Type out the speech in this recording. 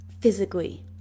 physically